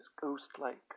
ghost-like